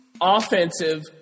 offensive